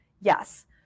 Yes